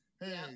Hey